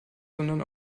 sondern